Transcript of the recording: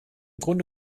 grunde